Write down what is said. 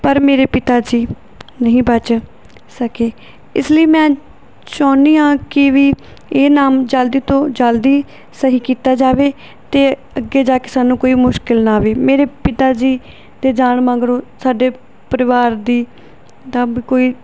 sir ਮੇਰੇ ਪਿਤਾ ਜੀ ਨਹੀਂ ਬਚ ਸਕੇ ਇਸ ਲਈ ਮੈਂ ਚਾਹੁੰਦੀ ਹਾਂ ਕਿ ਵੀ ਇਹ ਨਾਮ ਜਲਦੀ ਤੋਂ ਜਲਦੀ ਸਹੀ ਕੀਤਾ ਜਾਵੇ ਅਤੇ ਅੱਗੇ ਜਾ ਕੇ ਸਾਨੂੰ ਕੋਈ ਮੁਸ਼ਕਲ ਨਾ ਆਵੇ ਮੇਰੇ ਪਿਤਾ ਜੀ ਦੇ ਜਾਣ ਮਗਰੋਂ ਸਾਡੇ ਪਰਿਵਾਰ ਦੀ ਦਬ ਕੋਈ